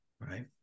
right